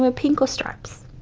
ah pink or stripes?